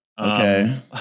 Okay